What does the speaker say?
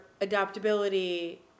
adaptability